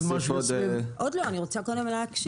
להגיד, אבל אני רוצה להקשיב.